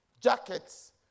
jackets